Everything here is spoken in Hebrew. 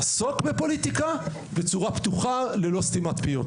לעסוק בפוליטיקה בצורה פתוחה, ללא סתימת פיות.